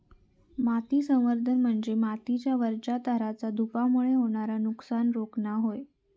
माती संवर्धन म्हणजे मातीच्या वरच्या थराचा धूपामुळे होणारा नुकसान रोखणा होय